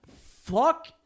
fuck